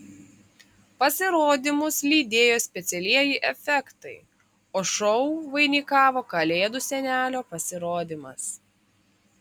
pasirodymus lydėjo specialieji efektai o šou vainikavo kalėdų senelio pasirodymas